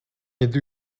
yedi